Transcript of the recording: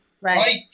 right